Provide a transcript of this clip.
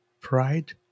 pride